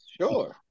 sure